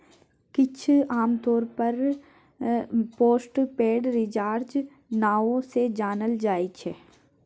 किछ आमतौर पर पोस्ट पेड रिचार्ज नाओ सँ जानल जाइ छै